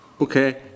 Okay